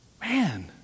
Man